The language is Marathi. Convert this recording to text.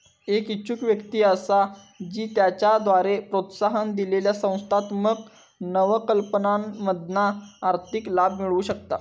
एक इच्छुक व्यक्ती असा जी त्याच्याद्वारे प्रोत्साहन दिलेल्या संस्थात्मक नवकल्पनांमधना आर्थिक लाभ मिळवु शकता